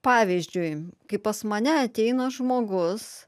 pavyzdžiui kai pas mane ateina žmogus